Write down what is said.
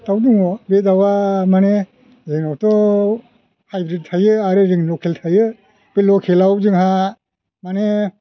दाउ दङ बे दाउआ माने जोंनावथ' हाइब्रिद थायो आरों जों लकेल थायो बे लखेलाव जोंहा माने